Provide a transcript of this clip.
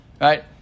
right